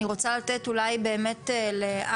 אני רוצה לתת אולי באמת לעלם,